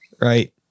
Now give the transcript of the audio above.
right